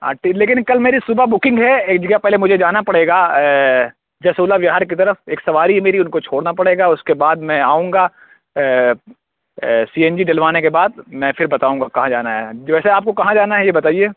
aunty کل میری صبح بکنگ ہے ایک جگہ پہلے مجھے جانا پڑے گا جسولہ وہار کی طرف ایک سواری ہے میری ان کو چھوڑنا پڑے گا اس کے بعد میں آؤں گا سی این جی ڈلوانے کے بعد میں پھر بتاؤں گا کہاں جانا ہے جیسے آپ کو کہاں جانا ہے یہ بتائیے